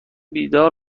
بیدار